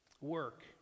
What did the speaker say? Work